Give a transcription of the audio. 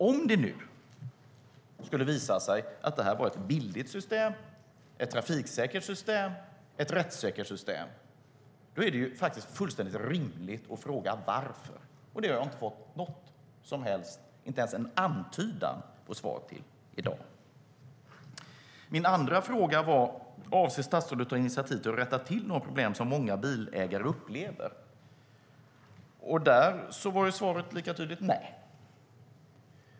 Om det nu skulle visa sig att det här var ett billigt, trafiksäkert och rättssäkert system är det fullt rimligt att fråga varför man skulle avreglera det, och det har jag inte fått ens en antydan till svar på i dag. Min andra fråga var: Avser statsrådet att ta initiativ till att rätta till de problem som många bilägare upplever? Där var svaret lika tydligt nej.